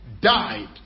died